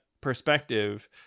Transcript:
perspective